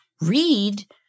read